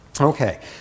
Okay